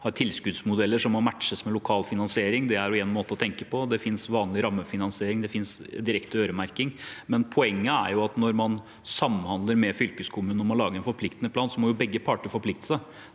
har tilskuddsmodeller som må matches med lokal finansiering – det er én måte å tenke på. Det finnes vanlig rammefinansiering, det finnes direkte øremerking. Poenget er at når man samhandler med fylkeskommunen om å lage en forpliktende plan, må begge parter forplikte seg